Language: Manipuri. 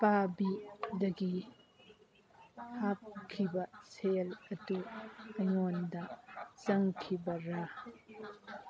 ꯑꯄꯥꯕꯤꯗꯒꯤ ꯍꯥꯞꯈꯤꯕ ꯁꯦꯜ ꯑꯗꯨ ꯑꯩꯉꯣꯟꯗ ꯆꯪꯈꯤꯕꯔꯥ